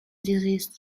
desist